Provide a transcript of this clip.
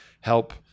help